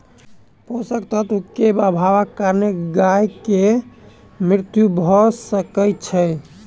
पोषक तत्व के अभावक कारणेँ गाय के मृत्यु भअ सकै छै